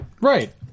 Right